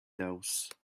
those